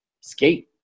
skate